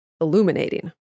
illuminating